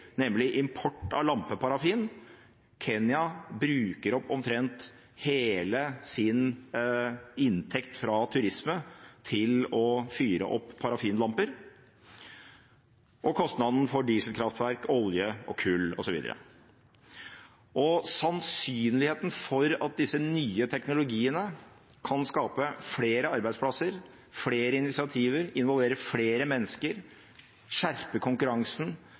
nemlig import av lampeparafin – Kenya bruker opp omtrent hele sin inntekt fra turisme til å fyre opp parafinlamper – og kostnadene for dieselkraftverk, olje, kull osv. Sannsynligheten for at disse nye teknologiene kan skape flere arbeidsplasser, flere initiativer, involvere flere mennesker, skjerpe konkurransen,